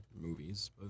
movies